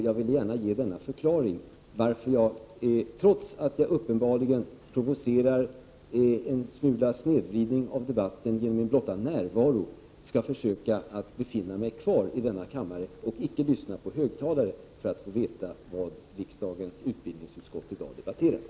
Jag vill gärna ge denna förklaring till att jag, trots att jag uppenbarligen provocerar till en viss snedvridning av debatten genom min blotta närvaro, skall försöka befinna mig i denna kammare och icke 7n lyssna på högtalaren för att få veta vad riksdagens utbildningsutskott i dag debatterar.